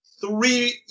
Three